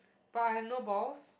but I have no balls